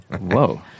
Whoa